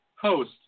host